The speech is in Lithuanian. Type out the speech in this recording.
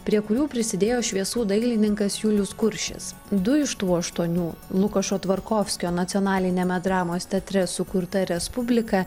prie kurių prisidėjo šviesų dailininkas julius kuršis du iš tų aštuonių lukošo tvarkovskio nacionaliniame dramos teatre sukurta respublika